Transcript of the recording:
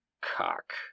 cock